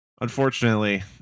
Unfortunately